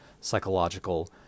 psychological